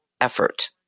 effort